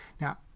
Now